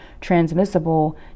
transmissible